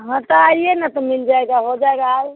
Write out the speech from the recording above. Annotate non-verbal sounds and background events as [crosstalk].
हाँ तो आइए ना तो मिल जाएगा हो जाएगा [unintelligible]